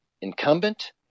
incumbent